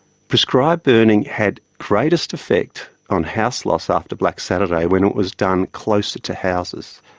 prescribed burning had greatest effect on house loss after black saturday when it was done closer to houses.